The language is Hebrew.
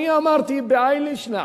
אני אמרתי בהאי לישנא,